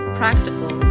practical